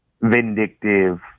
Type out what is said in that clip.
vindictive